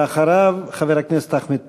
ואחריו, חבר הכנסת אחמד טיבי.